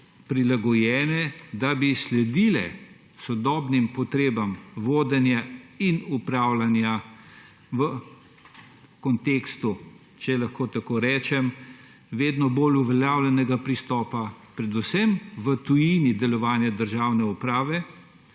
prilagojeni, da bi sledili sodobnim potrebam vodenja in upravljanja v kontekstu, če lahko tako rečem, v tujini vedno bolj uveljavljenega pristopa delovanja državne uprave